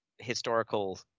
Historical